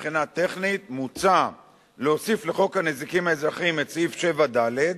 מבחינה טכנית מוצע להוסיף לחוק הנזיקים האזרחיים את סעיף 7ד,